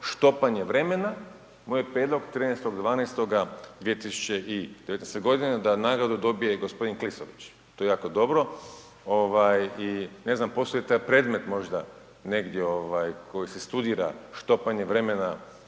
štopanje vremena, moj je prijedlog 13.12.2019. godine da nagradu dobije g. Klisović to je jako dobro. I ne znam postoji li taj predmet možda negdje koji se studira, štopanje vremena